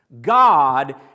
God